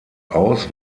aus